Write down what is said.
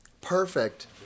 perfect